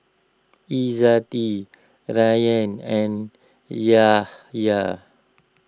Izzati Rayyan and Yahya